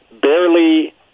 barely